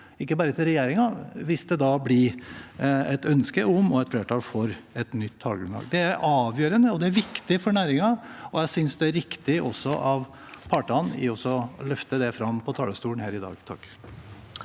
ikke bare regjeringen, hvis det blir et ønske om og et flertall for et nytt tallgrunnlag. Det er avgjørende, det er viktig for næringen, og jeg synes det er riktig også av partene å løfte det fram på talerstolen her i dag.